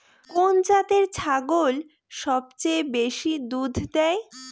কোন জাতের ছাগল সবচেয়ে বেশি দুধ দেয়?